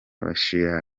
bishira